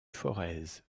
forez